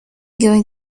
going